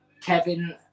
kevin